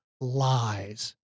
lies